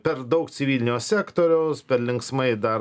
per daug civilinio sektoriaus per linksmai dar